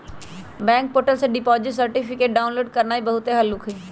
bank portal से deposit certificate download करनाइ बहुते हल्लुक हइ